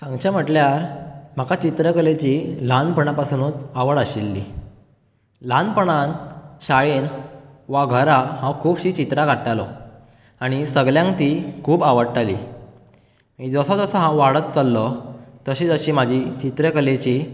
सांगचे म्हटल्यार म्हाका चित्रकलेची ल्हानपणां पासुनूच आवड आशिल्ली ल्हानपणांन शाळेन वा घरा हांव खूबशी चित्रां काडटालो आनी सगल्यांक ती खूब आवडटाली जसो जसो हांव वाडत चल्लो तशी तशी म्हाजी चित्रकलेची